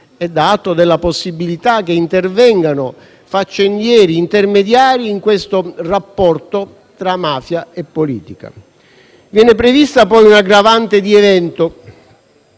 dà atto della possibilità che intervengano faccendieri e intermediari in questo rapporto tra mafia e politica. Viene prevista poi un'aggravante di evento: